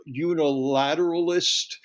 unilateralist